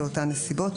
באותן נסיבות,